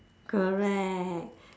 correct